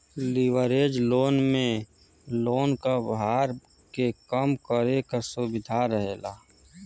leverage loan में loan क भार के कम करे क सुविधा रहेला